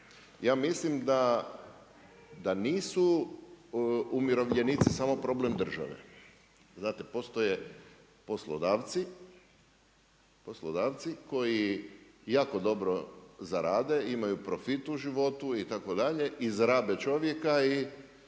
Ja mislim da nisu umirovljenici samo problem države. Dakle, postoje poslodavci koji jako dobro zarade, imaju profit u životu, itd. izrabe čovjeka i